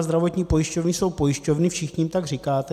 Zdravotní pojišťovny jsou pojišťovny, všichni jim tak říkáte.